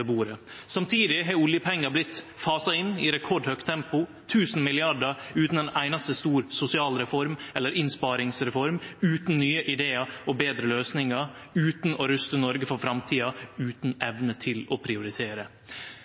har oljepengar vorte fasa inn i rekordhøgt tempo – 1 000 mrd. kr – utan ei einaste stor sosial reform eller innsparingsreform, utan nye idear eller betre løysingar, utan å ruste Noreg for framtida, utan evne til å prioritere.